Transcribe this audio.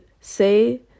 say